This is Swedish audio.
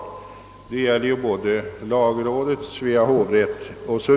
Detta gäller t.ex. lagrådet och Svea hovrätt.